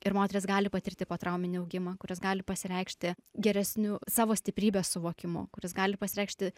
ir moteris gali patirti potrauminį augimą kuris gali pasireikšti geresniu savo stiprybės suvokimu kuris gali pasireikšti